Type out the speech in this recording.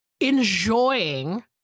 enjoying